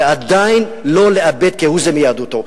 ועדיין לא לאבד כהוא זה מיהדותו,